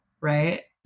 right